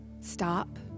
stop